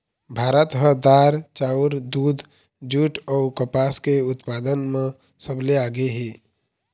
भारत ह दार, चाउर, दूद, जूट अऊ कपास के उत्पादन म सबले आगे हे